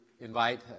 invite